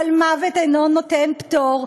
אבל מוות אינו נותן פטור.